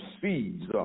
seeds